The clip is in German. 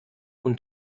und